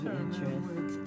interest